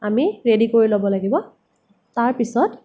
আমি ৰেডি কৰি ল'ব লাগিব তাৰপিছত